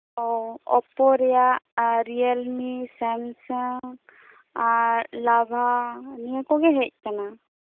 ᱚ ᱚᱯᱳ ᱨᱮᱭᱟᱜ ᱨᱤᱭᱮᱞᱢᱤ ᱥᱟᱢᱥᱩᱝᱜ ᱟᱨ ᱞᱟᱵᱷᱟ ᱱᱤᱭᱟᱹ ᱠᱚᱜᱮ ᱦᱮᱡ ᱠᱟᱱᱟ